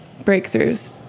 breakthroughs